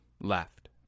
left